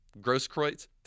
Grosskreutz